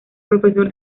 profesor